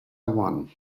one